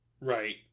right